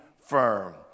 firm